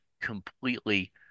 completely